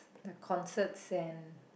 the concerts and